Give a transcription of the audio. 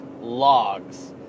logs